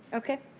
okay.